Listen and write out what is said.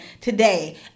Today